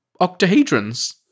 octahedrons